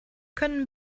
können